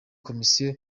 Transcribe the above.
komisiyo